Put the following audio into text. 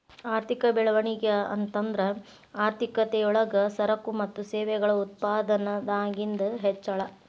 ಆರ್ಥಿಕ ಬೆಳವಣಿಗೆ ಅಂತಂದ್ರ ಆರ್ಥಿಕತೆ ಯೊಳಗ ಸರಕು ಮತ್ತ ಸೇವೆಗಳ ಉತ್ಪಾದನದಾಗಿಂದ್ ಹೆಚ್ಚಳ